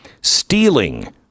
Stealing